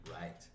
Right